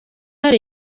hari